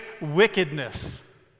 wickedness